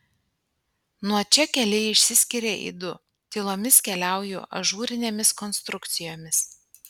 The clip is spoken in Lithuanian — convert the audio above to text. nuo čia keliai išsiskiria į du tylomis keliauju ažūrinėmis konstrukcijomis